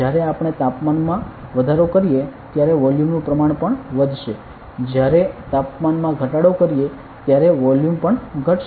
જ્યારે આપણે તાપમાન માં વધારો કરીએ ત્યારે વોલ્યુમ નું પ્રમાણ પણ વધશે જ્યારે તાપમાનમાં ઘટાડો કરીએ ત્યારે વોલ્યુમ પણ ઘટશે